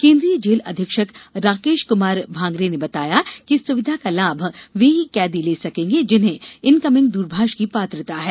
केन्द्रीय जेल अधीक्षक राकेष क्मार भांगरे ने बताया कि इस सुविधा का लाभ ये ही कैदी ले सकेंगे जिन्हें इनकमिंग दूरभाष की पात्रता है